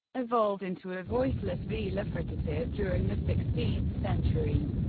evolved into a voiceless velar fricative during the sixteenth century.